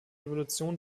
evolution